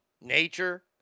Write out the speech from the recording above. nature